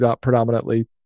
predominantly